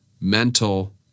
mental